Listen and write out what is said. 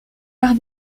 arts